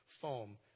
foam